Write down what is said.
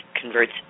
converts